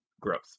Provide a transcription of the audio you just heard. growth